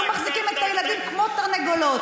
היו מחזיקים את הילדים כמו תרנגולות.